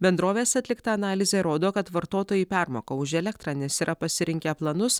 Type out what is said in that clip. bendrovės atlikta analizė rodo kad vartotojai permoka už elektrą nes yra pasirinkę planus